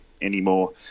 anymore